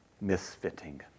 misfitting